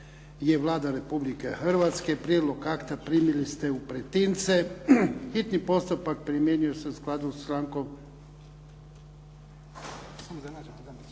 je Vlada Republike Hrvatske. Prijedlog akta primili ste u pretince. Hitni postupak primjenjuje se u skladu sa člankom